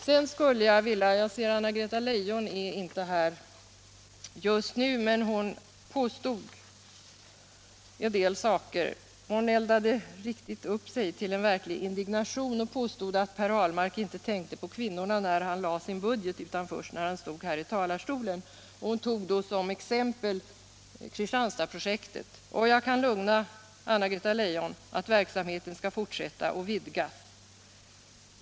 Slutligen, herr talman, vill jag ta upp en fråga som aktualiserats för mig av Anna-Greta Leijon, trots att jag ser att hon just nu inte är i kammaren. Anna-Greta Leijon påstod att Per Ahlmark inte tänkte på kvinnorna när han lade sin budget utan först när han stod här i talarstolen. Hon eldade upp sig till verklig indignation över detta. Som exempel tog hon Kristianstadprojektet. Jag kan lugna Anna-Greta Leijon med att verksamheten skall fortsätta och vidgas.